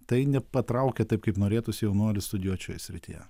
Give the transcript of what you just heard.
tai nepatraukia taip kaip norėtųsi jaunuolių studijuot šioj srityje